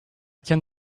can